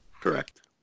Correct